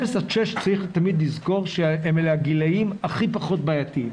צריך תמיד לזכור שגילאי 0-6 הם הגילאים הכי פחות בעייתיים.